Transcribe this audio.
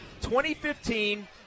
2015